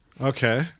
Okay